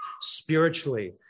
spiritually